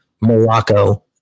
Morocco